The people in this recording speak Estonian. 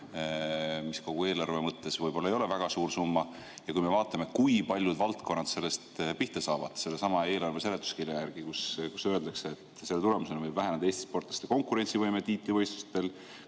mis kogu eelarve mõttes võib-olla ei ole väga suur summa. Vaatame, kui paljud valdkonnad sellest pihta saavad sellesama eelarve seletuskirja järgi. Seal öeldakse, et selle tulemusena võib väheneda Eesti sportlaste konkurentsivõime tiitlivõistlustel,